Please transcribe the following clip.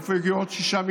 מאיפה הגיעו עוד 6 מיליארד?